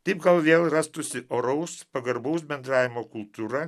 taip gal vėl rastųsi oraus pagarbaus bendravimo kultūra